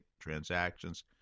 transactions